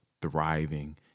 thriving